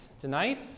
tonight